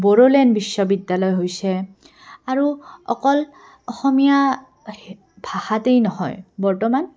বড়োলেণ্ড বিশ্ববিদ্যালয় হৈছে আৰু অকল অসমীয়া ভাষাতেই নহয় বৰ্তমান